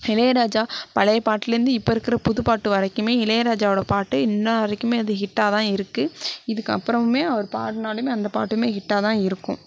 இளையராஜா பழைய பாட்டுலேருந்து இப்போ இருக்கிற புது பாட்டு வரைக்கும் இளையராஜாவோடய பாட்டு இன்று வரைக்கும் அது ஹிட்டாக தான் இருக்குது இதுக்கு அப்பறமும் அவர் பாடுனால் அந்த பாட்டும் ஹிட்டாக தான் இருக்கும்